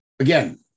Again